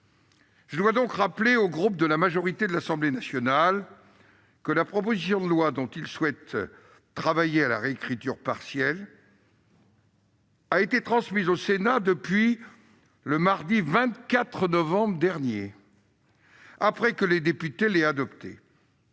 Je dois donc rappeler aux groupes de la majorité de l'Assemblée nationale que la proposition de loi dont ils souhaitent travailler à la réécriture partielle a été transmise au Sénat depuis le mardi 24 novembre dernier, après que les députés l'ont adoptée.